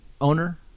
owner